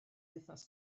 wythnos